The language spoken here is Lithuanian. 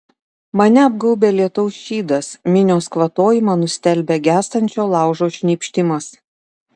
mane apgaubia lietaus šydas minios kvatojimą nustelbia gęstančio laužo šnypštimas